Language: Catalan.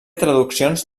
traduccions